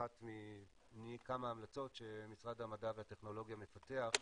אחת מני כמה המלצות שמשרד המדע והטכנולוגיה מפתח.